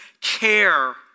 care